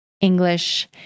English